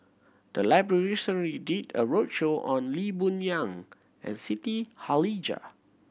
the library recently did a roadshow on Lee Boon Yang and Siti Khalijah